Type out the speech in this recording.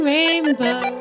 Rainbow